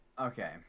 Okay